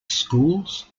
schools